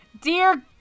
Dear